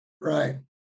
right